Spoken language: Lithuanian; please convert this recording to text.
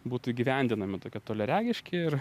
būtų įgyvendinami tokie toliaregiški ir